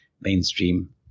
mainstream